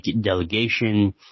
delegation